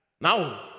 Now